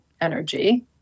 energy